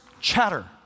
chatter